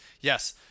yes